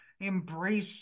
Embrace